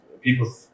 people